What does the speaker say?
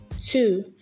Two